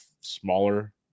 smaller